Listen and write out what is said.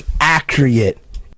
accurate